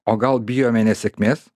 o gal bijome nesėkmės